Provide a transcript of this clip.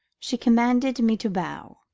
she commanded me to bow.